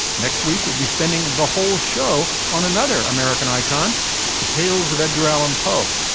next week we'll be spending the whole show on another american icon the tales of edgar allan poe.